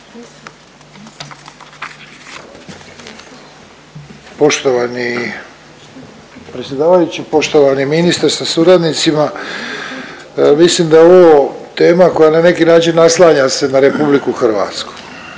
Poštovani predsjedavajući, poštovani ministre sa suradnicima. Mislim da je ovo tema koja na neki način naslanja se na RH. Jasno